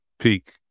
peak